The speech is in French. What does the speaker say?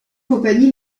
compagnie